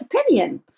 opinion